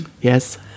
yes